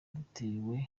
dutewe